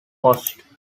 cost